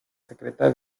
secreta